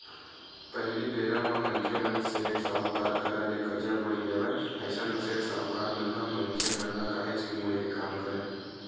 पहिली बेरा म मनखे मन सेठ, साहूकार करा ले करजा बोड़ी लेवय अइसन म सेठ, साहूकार मन ह मनखे मन ल काहेच के मुड़े के काम करय